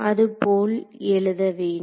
இது போல் எழுத வேண்டும்